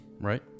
Right